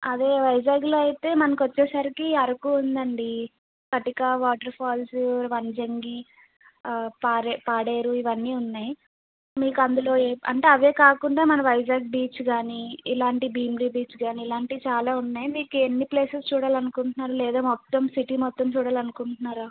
అదే వైజాగ్లో అయితే మనకొచ్చేసరికి అరకు ఉందండి పటికా వాటర్ ఫాల్స్ వంజంగి పాలే పాడేరు ఇవన్నీ ఉన్నాయి మీకు అందులో ఏ అంటే అవే కాకుండా మన వైజాగ్ బీచ్ కానీ ఇలాంటివి భీమిలీ బీచ్ కానీ ఇలాంటివి చాలా ఉన్నాయి మీకు ఎన్ని ప్లేసెస్ చూడాలనుకుంటున్నారు లేదా మొత్తం సిటీ మొత్తం చూడాలనుకుంటున్నారా